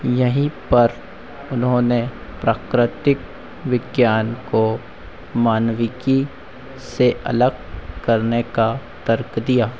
यहीं पर उन्होंने प्राकृतिक विज्ञान को मानविकी से अलग करने का तर्क दिया